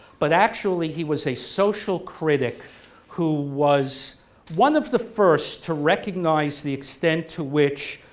but actually he was a social critic who was one of the first to recognize the extent to which